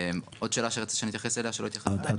עוד שאלה שרצית שאני אתייחס אליה שלא התייחסתי אליה?